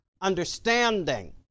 understanding